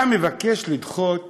אתה מבקש לדחות